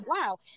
Wow